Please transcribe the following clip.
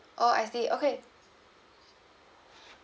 oh I see okay